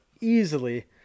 easily